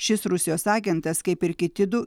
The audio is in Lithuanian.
šis rusijos agentas kaip ir kiti du